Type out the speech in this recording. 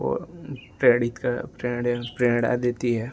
वह प्रेरित कर प्रेरि प्रेरणा देती है